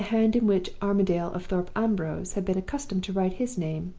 and the hand in which armadale of thorpe ambrose had been accustomed to write his name,